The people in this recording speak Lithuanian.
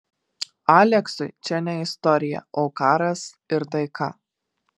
aleksui čia ne istorija o karas ir taika